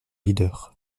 leader